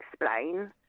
explain